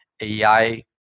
AI